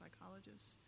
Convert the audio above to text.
psychologists